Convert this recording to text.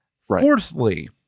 fourthly